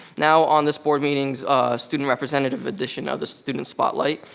now on this board meeting's student representative edition of the student spotlight.